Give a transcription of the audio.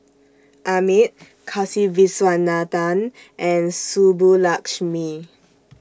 Amit Kasiviswanathan and Subbulakshmi